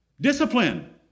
discipline